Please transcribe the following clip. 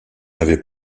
avait